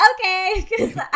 okay